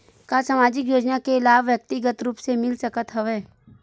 का सामाजिक योजना के लाभ व्यक्तिगत रूप ले मिल सकत हवय?